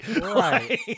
Right